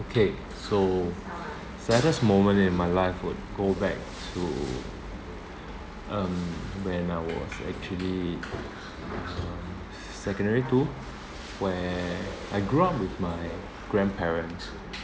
okay so saddest moment in my life would go back to um when I was actually um secondary two where I grew up with my grandparents